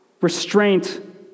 restraint